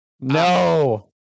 No